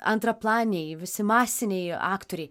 antraplaniai visi masiniai aktoriai